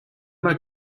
mal